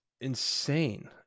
insane